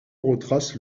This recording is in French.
retrace